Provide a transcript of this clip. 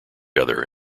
other